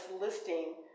listing